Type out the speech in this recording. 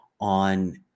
on